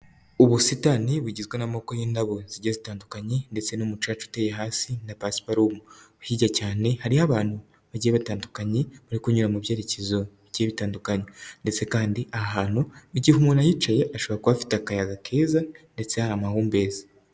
Ubusitani bugizwe n'amoko y'indabo zige zitandukanye ndetse n'umucaca uteye hasi na pasiparumu, hirya cyane hariho abantu bagiye batandukanye bari kunyura mu byerekezo bigiye bitandukanye ndetse kandi ahantu igihe umuntu yicaye ashobora kuba afite akayaga keza ndetse hari amahumbezi.